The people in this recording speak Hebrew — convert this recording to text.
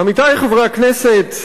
עמיתי חברי הכנסת,